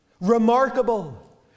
Remarkable